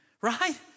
right